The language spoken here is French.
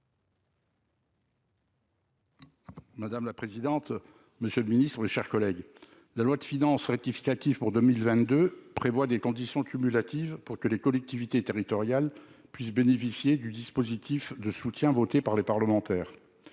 Madame la présidente, monsieur le Ministre, mes chers collègues, la loi de finances rectificative pour 2022 prévoit des conditions cumulatives pour que les collectivités territoriales puissent bénéficier du dispositif de soutien, votée par les parlementaires,